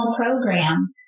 program